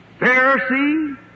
Pharisee